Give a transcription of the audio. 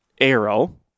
arrow